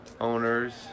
owners